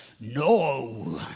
No